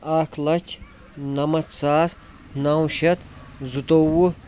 اَکھ لچھ نَمَتھ ساس نَو شتھ زٕتووُہ